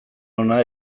ona